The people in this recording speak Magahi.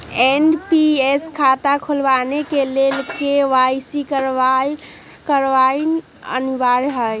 एन.पी.एस खता खोलबाबे के लेल के.वाई.सी करनाइ अनिवार्ज हइ